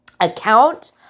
account